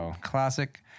classic